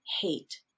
hate